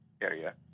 area